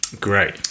Great